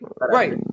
right